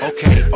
Okay